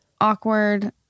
awkward